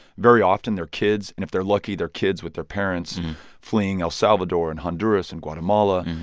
very often they're kids, and if they're lucky they're kids with their parents fleeing el salvador and honduras and guatemala.